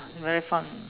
very fun